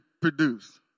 produce